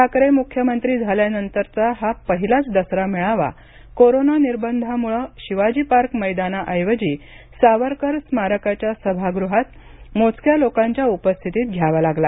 ठाकरे मुख्यमंत्री झाल्यानंतरचा हा पहिलाच दसरा मेळावा कोरोना निर्बंधामुळे शिवाजी पार्क मैदाना ऐवजी सावरकर स्मारकाच्या सभागृहात मोजक्या लोकांच्या उपस्थितीत घ्यावा लागला